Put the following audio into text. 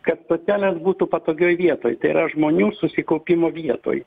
kad stotelės būtų patogioj vietoj tai yra žmonių susikaupimo vietoj